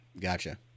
Gotcha